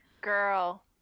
Girl